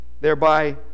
thereby